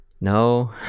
No